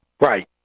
Right